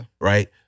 right